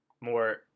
more